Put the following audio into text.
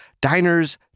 Diners